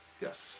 Yes